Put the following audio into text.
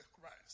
Christ